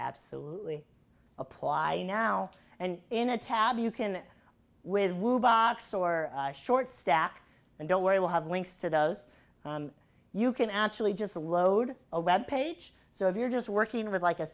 absolutely apply now and in a tab you can it with box or short stack and don't worry we'll have links to those you can actually just a load a web page so if you're just working with like a